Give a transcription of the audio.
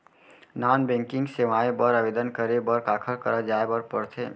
non banking सेवाएं बर आवेदन करे बर काखर करा जाए बर परथे